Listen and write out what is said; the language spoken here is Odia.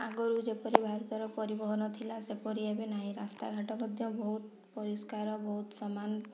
ଆଗରୁ ଯେପରି ଭାରତ ର ପରିବହନ ଥିଲା ସେପରି ଏବେ ନାହିଁ ରାସ୍ତା ଘାଟ ମଧ୍ୟ ବହୁତ ପରିଷ୍କାର ବହୁତ ସମାନ